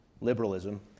liberalism